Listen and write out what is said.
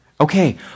Okay